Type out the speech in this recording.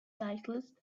cyclists